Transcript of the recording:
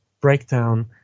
breakdown